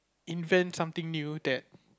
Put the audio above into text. invent something that new that